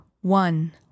One